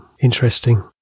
interesting